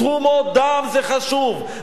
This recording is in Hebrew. תרומות דם זה חשוב,